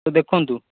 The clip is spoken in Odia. ହଁ ଦେଖନ୍ତୁ